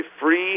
free